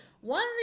One